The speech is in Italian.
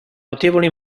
notevole